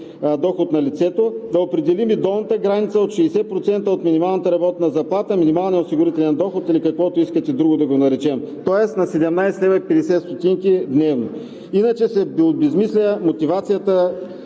доход на лицето, да определим и долната граница от 60% от минималната работна заплата, минималният осигурителен доход или каквото искате друго да го наречем, тоест на 17,50 лв. дневно. Иначе се обезсмисля мотивацията